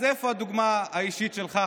אז איפה הדוגמה האישית שלך,